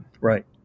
Right